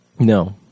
No